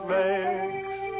makes